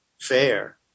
fair